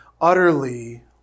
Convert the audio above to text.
Utterly